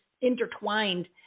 intertwined